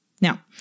Now